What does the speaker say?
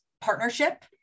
partnership